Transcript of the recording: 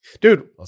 Dude